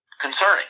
concerning